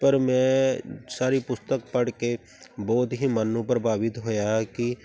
ਪਰ ਮੈਂ ਸਾਰੀ ਪੁਸਤਕ ਪੜ੍ਹ ਕੇ ਬਹੁਤ ਹੀ ਮਨ ਨੂੰ ਪ੍ਰਭਾਵਿਤ ਹੋਇਆ ਕਿ